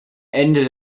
ende